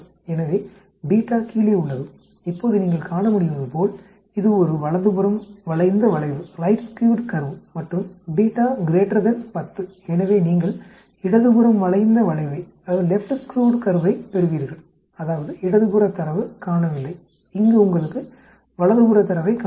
எனவே கீழே உள்ளது இப்போது நீங்கள் காணமுடிவதுபோல் இது ஒரு வலதுபுறம் வளைந்த வளைவு மற்றும் 10 எனவே நீங்கள் இடதுபுறம் வளைந்த வளைவைப் பெறுவீர்கள் அதாவது இடதுபுற தரவு காணவில்லை இங்கு உங்களுக்கு வலதுபுற தரவை காணவில்லை